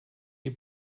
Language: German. die